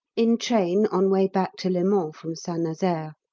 in train on way back to le mans from st nazaire.